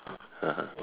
(uh huh)